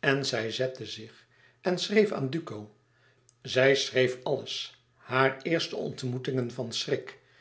en zij zette zich en schreef aan duco zij schreef alles haar eerste ontmoetingen van schrik